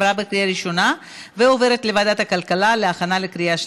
לוועדת הכלכלה נתקבלה.